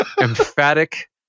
Emphatic